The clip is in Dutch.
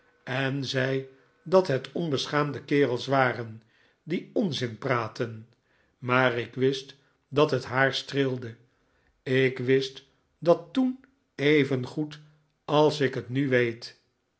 en zei dat het onbeschaamde kerels waren die onzin praatten maar ik wist dat het haar streelde ik wist dat toen evengoed als ik het nu weet